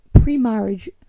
pre-marriage